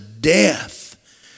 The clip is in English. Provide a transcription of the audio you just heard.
death